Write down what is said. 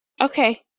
okay